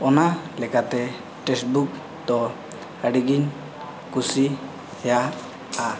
ᱚᱱᱟ ᱞᱮᱠᱟᱛᱮ ᱫᱚ ᱟᱹᱰᱤᱜᱮᱧ ᱠᱩᱥᱤᱭᱟᱜᱼᱟ